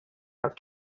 are